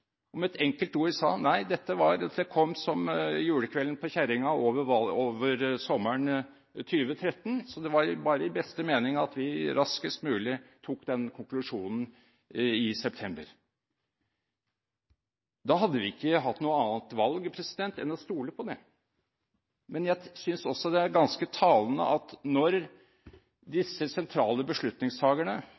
har et forklaringsproblem. Den daværende miljøvernminister Bård Vegar Solhjell er heldigvis blant oss. Han er representant på Stortinget, han kunne vært her i salen i dag og med enkle ord sagt nei, dette kom som julekvelden på kjerringa over sommeren 2013, så det var bare i beste mening at vi raskest mulig tok den konklusjonen i september. Da hadde vi ikke hatt noe annet valg enn å stole på det. Jeg synes